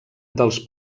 dels